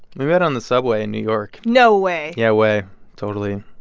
we met on the subway in new york no way yeah, way totally.